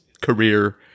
career